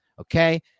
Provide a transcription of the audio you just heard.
Okay